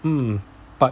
um but